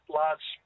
large